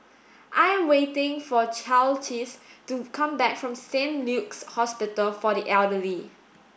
I am waiting for Carlisle to come back from Saint Luke's Hospital for the Elderly